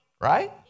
Right